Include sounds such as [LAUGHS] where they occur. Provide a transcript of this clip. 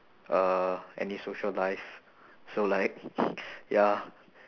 uh any social life so like [LAUGHS] ya